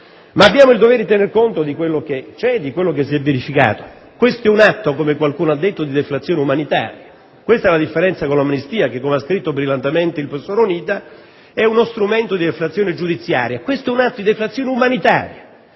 ma abbiamo il dovere di tenere conto di quello che c'è e di quello che si è verificato. Questo è un atto, come qualcuno ha detto, di deflazione umanitaria. Questa è la differenza con l'amnistia che, come ha scritto brillantemente il professor Onida, è uno strumento di deflazione giudiziaria: questo è un atto di deflazione umanitaria.